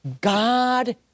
God